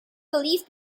belief